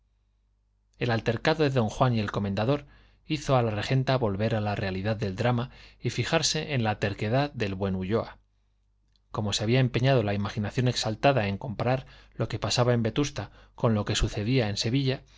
el altercado de don juan y el comendador hizo a la regenta volver a la realidad del drama y fijarse en la terquedad del buen ulloa como se había empeñado la imaginación exaltada en comparar lo que pasaba en vetusta con lo que sucedía en sevilla